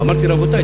אמרתי: רבותי,